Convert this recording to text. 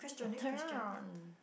it's your turn